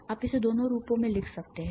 आप इसे दोनों रूपों में लिखेंगे